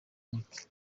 nic